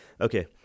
Okay